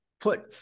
put